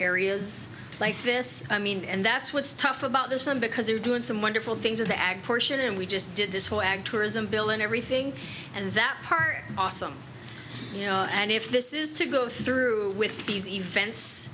areas like this i mean and that's what's tough about this some because they're doing some wonderful things at the ag portion and we just did this whole ag tourism bill and everything and that part awesome you know and if this is to go through with these events